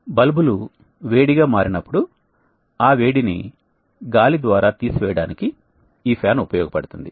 బల్బులు వేడిగా మారినప్పుడు ఆ వేడిని గాలి ద్వారా తీసివేయడానికి ఈ ఫ్యాన్ ఉపయోగపడుతుంది